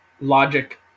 logic